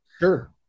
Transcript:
Sure